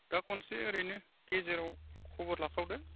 दा खनसे ओरैनो गेजेराव खबर लाफावदो